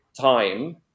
time